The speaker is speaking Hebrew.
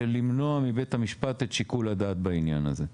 זה למנוע מבית המשפט את שיקול הדעת בעניין הזה.